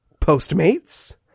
Postmates